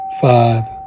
five